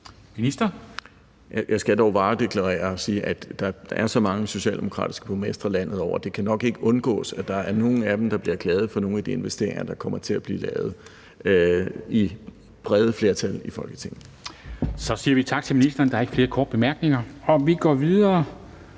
Jeg skal dog varedeklarere og sige, at der er så mange socialdemokratiske borgmestre landet over, at det nok ikke kan undgås, at der er nogle af dem, der bliver glade for nogle af de investeringer, der kommer til at blive lavet med brede flertal i Folketinget. Kl. 10:24 Formanden (Henrik Dam Kristensen): Så siger vi tak til ministeren. Der er ikke flere korte bemærkninger. Vi går videre